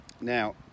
Now